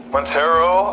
Montero